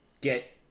get